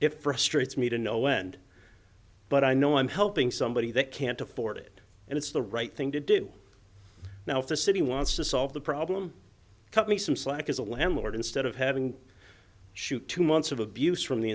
it frustrates me to no end but i know i'm helping somebody that can't afford it and it's the right thing to do now if the city wants to solve the problem cut me some slack as a landlord instead of having shoot two months of abuse from the